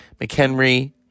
McHenry